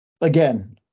again